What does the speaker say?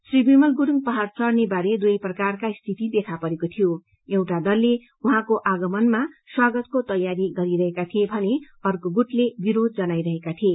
श्री विमल गुरूङ पहाड़ चढ़ने बारे दुवै प्रकारका स्थिति देखा परेको थियों एउटा दलले उहाँको आगमानमा स्वागतको तैयारी गरिरहेका थिए भने अर्को गुटले विरोध जनाइ रहेका थिए